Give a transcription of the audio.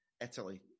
Italy